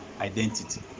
identity